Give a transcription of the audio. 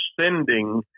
sending